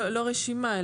לא רשימה,